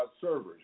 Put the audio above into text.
servers